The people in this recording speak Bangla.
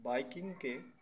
বাইকিংকে